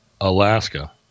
Alaska